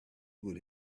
would